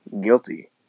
guilty